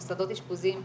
מוסדות אשפוזיים,